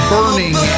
Burning